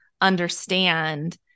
understand